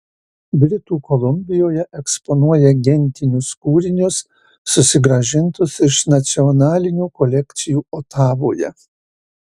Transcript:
britų kolumbijoje eksponuoja gentinius kūrinius susigrąžintus iš nacionalinių kolekcijų otavoje